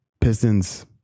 Pistons